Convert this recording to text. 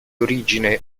origine